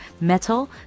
metal